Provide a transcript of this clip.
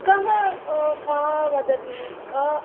कः का वदति का